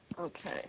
Okay